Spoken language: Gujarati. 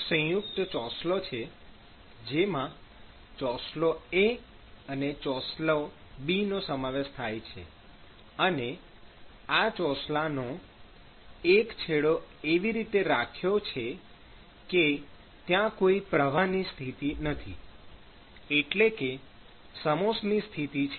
એક સંયુક્ત ચોસલો છે જેમાં ચોસલો A અને ચોસલો B નો સમાવેશ થાય છે અને આ ચોસલાનો એક છેડો એવી રીતે રાખ્યો છે કે ત્યાં કોઈ પ્રવાહ ની સ્થિતિ નથી એટલે કે સમોષ્મિ સ્થિતિ છે